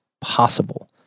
possible